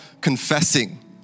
confessing